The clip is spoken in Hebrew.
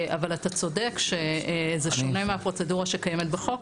אתה צודק שזה שונה מהפרוצדורה שקיימת בחוק,